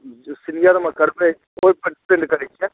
ह्म्म जे सीनियरमे करबै कोन वर्षके लेल करै छियै